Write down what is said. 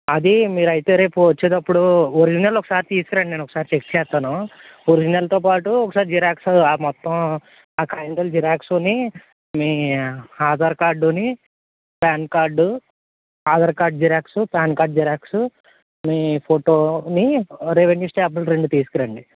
అది మీరు అయితే రేపు వచ్చేదప్పుడు ఒరిజినల్ ఒకసారి తీసుకురండి నేను ఒకసారి చెక్ చేస్తాను ఒరిజినల్తో పాటు ఒకసారి జిరాక్స్ అవి మొత్తం ఆ కాగితాలు జిరాక్సు మీ Aadhaar card PAN card Aadhaar card xerox PAN card xerox మీ ఫోటో రెవెన్యూ స్టాంపులు రెండు తీసుకురండి